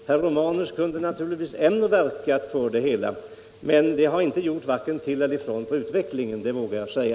Herr Romanus kunde naturligtvis ändå ha verkat för en översyn. Reservationen har varken gjort till eller ifrån för utvecklingen — det vågar jag säga.